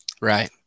Right